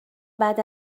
بعد